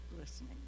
listening